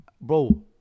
bro